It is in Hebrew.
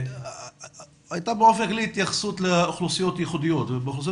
הייתה התייחסות לאוכלוסיות ייחודיות ובאוכלוסיות